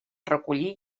recollir